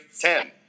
Ten